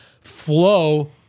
Flow